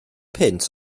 punt